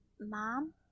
Mom